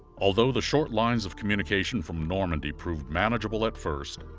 although the short lines of communication from normandy proved manageable at first,